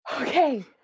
Okay